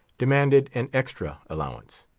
demanded an extra allowance.